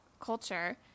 culture